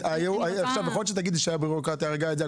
יכול להיות שתגידי שהבירוקרטיה הרגה את זה,